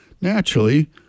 Naturally